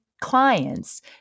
clients